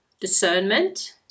discernment